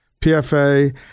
PFA